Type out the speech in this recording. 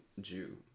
Jew